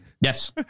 yes